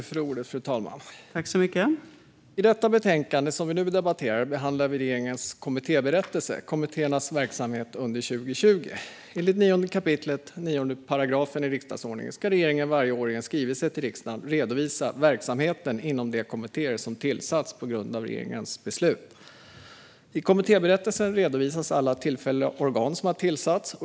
Fru talman! I det betänkande som vi nu debatterar behandlar vi regeringens kommittéberättelse - kommittéernas verksamhet under 2020. Enligt 9 kap. 9 § riksdagsordningen ska regeringen varje år i en skrivelse till riksdagen redovisa verksamheten inom de kommittéer som har tillsatts på grund av regeringens beslut. I kommittéberättelsen redovisas alla tillfälliga organ som har tillsatts.